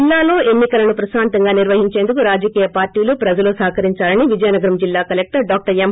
జిల్లాలో ఎన్ని కలను ప్రశాంతంగా నిర్వహించేందుకు రాజకీయ పార్టీలు ప్రజలు సహకరించాలని విజయనగరం జిల్లా కలెక్టర్ డాక్టర్ ఎం